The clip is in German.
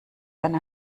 eine